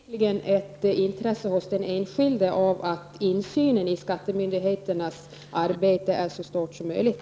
Herr talman! Det ligger onekligen också ett intresse hos den enskilde att insynen i skattemyndigheternas arbete är så stor som möjligt.